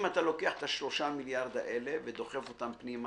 אם אתה לוקח את ה-3 מיליארד האלה ודוחף אותם פנימה